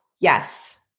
Yes